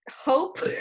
hope